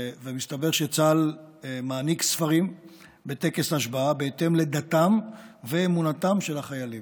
ומסתבר שצה"ל מעניק ספרים בטקס השבעה בהתאם לדתם ולאמונתם של החיילים.